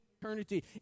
eternity